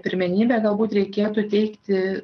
pirmenybę galbūt reikėtų teikti